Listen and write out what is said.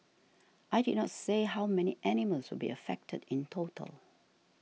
I did not say how many animals will be affected in total